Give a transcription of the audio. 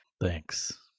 Thanks